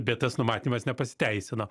bet tas numatymas nepasiteisino